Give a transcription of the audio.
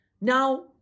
Now